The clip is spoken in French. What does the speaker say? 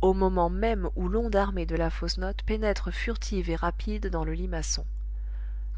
au moment même où l'onde armée de la fausse note pénètre furtive et rapide dans le limaçon